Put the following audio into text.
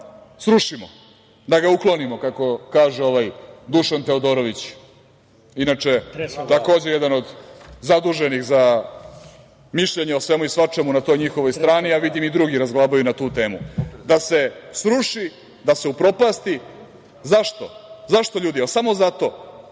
javno srušimo, da ga uklonimo, kako kaže Dušan Teodorović. Inače, takođe jedan od zaduženih za mišljenje o svemu i svačemu na toj njihovoj strani, a vidim i drugi razglabaju na tu temu. Da se sruši, da se upropasti.Zašto? Jel samo zato